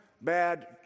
bad